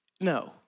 No